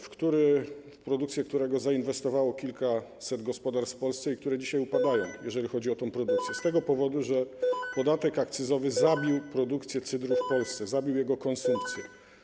W produkcję tego napoju zainwestowało kilkaset gospodarstw w Polsce, które dzisiaj upadają, jeżeli chodzi o tę produkcję, z tego powodu, że podatek akcyzowy zabił produkcję cydru w Polsce, zabił jego konsumpcję.